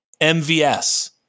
MVS